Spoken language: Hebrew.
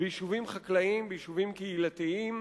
ביישובים חקלאיים, ביישובים קהילתיים.